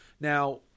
Now